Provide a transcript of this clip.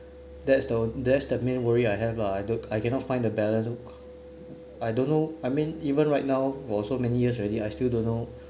that's the that's the main worry I have lah I don't I cannot find the balance I don't know I mean even right now for so many years already I still don't know